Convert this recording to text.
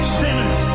sinners